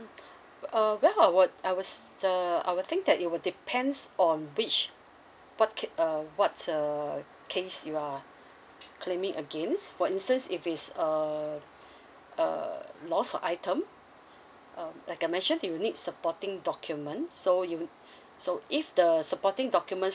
mm uh well I would I would s~ uh I would think that it will depends on which what ca~ uh what uh case you are claiming against for instance if it's uh uh lost of item um like I mentioned you need supporting document so you so if the supporting documents